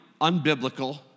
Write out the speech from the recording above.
unbiblical